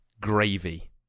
Gravy